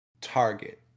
target